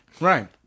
right